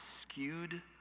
skewed